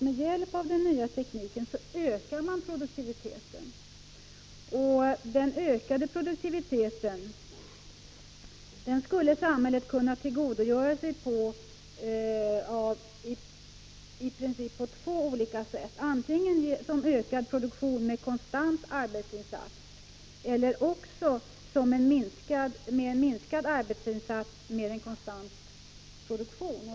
Med hjälp av den nya tekniken ökar man också produktiviteten, och denna ökning av produktiviteten skulle samhället kunna tillgodogöra sig på i princip två olika sätt; antingen som ökad produktion med konstant arbetsinsats eller också med en minskad arbetsinsats och konstant produktion.